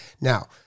Now